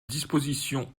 disposition